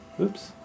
oops